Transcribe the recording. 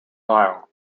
lyle